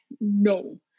no